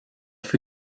für